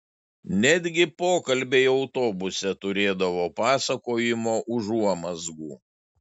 netgi pokalbiai autobuse turėdavo pasakojimo užuomazgų